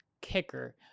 kicker